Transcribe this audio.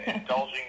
indulging